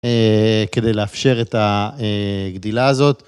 כדי לאפשר את הגדילה הזאת.